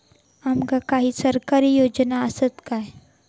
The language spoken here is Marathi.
आमका काही सरकारी योजना आसत काय?